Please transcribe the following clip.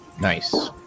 Nice